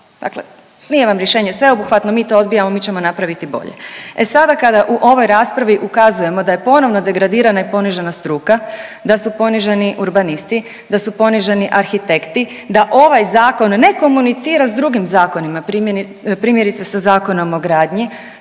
Dakle nije vam rješenje sveobuhvatno, mi to odbijamo, mi ćemo napraviti bolje. E sada kada u ovoj raspravi ukazujemo da je ponovno degradirana i ponižena struka, da su poniženi urbanisti, da su poniženi arhitekti, da ovaj Zakon ne komunicira s drugim zakonima, primjerice, sa Zakonom o gradnji,